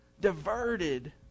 diverted